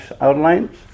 outlines